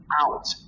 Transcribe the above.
out